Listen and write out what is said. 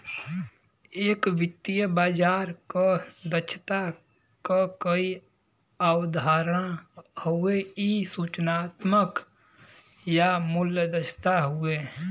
एक वित्तीय बाजार क दक्षता क कई अवधारणा हउवे इ सूचनात्मक या मूल्य दक्षता हउवे